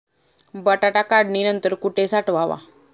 बटाटा काढणी नंतर कुठे साठवावा?